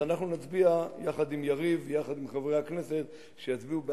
אנחנו נצביע יחד עם יריב ויחד עם חברי הכנסת שיצביעו בעד,